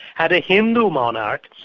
had a hindu monarch,